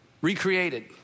recreated